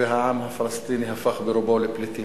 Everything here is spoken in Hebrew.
והעם הפלסטיני הפך ברובו לפליטים.